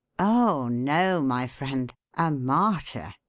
oh, no, my friend a martyr!